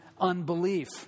unbelief